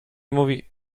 mówi